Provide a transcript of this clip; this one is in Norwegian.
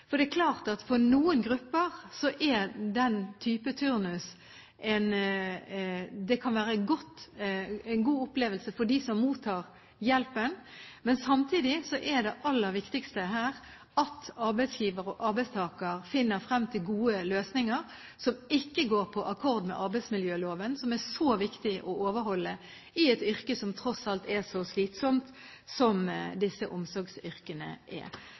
for noen grupper av dem som mottar hjelpen, betyr den slags turnus en god opplevelse. Samtidig er det aller viktigste her at arbeidsgiver og arbeidstaker finner frem til gode løsninger, som ikke går på akkord med arbeidsmiljøloven, som er så viktig å overholde i disse omsorgsyrkene, som tross alt er så slitsomme som de er.